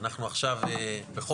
אנחנו עכשיו בחופש,